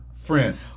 friend